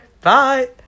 bye